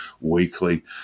weekly